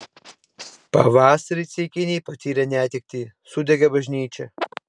pavasarį ceikiniai patyrė netektį sudegė bažnyčia